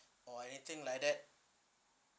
or anything like that